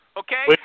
okay